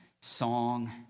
song